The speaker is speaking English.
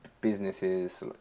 businesses